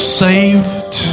saved